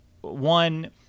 one